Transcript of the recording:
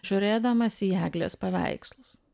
žiūrėdamas į eglės paveikslus